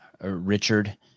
Richard